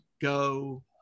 go